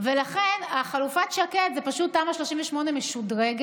לכן, חלופת שקד זה פשוט תמ"א 38 משודרגת,